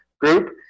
group